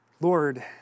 Lord